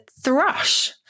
thrush